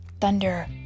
thunder